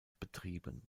betrieben